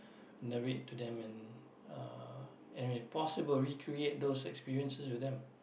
narrate to them and uh and if possible recreate those experiences with them